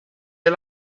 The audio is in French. est